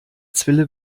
zwille